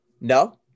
No